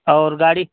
और गाड़ी